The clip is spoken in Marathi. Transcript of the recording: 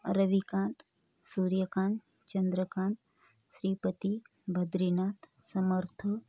रविकांत सूर्यकांत चंद्रकांत श्रीपती भद्रीनाथ समर्थ